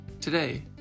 Today